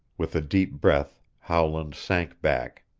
with a deep breath howland sank back.